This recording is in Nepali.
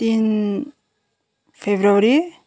तिन फरवरी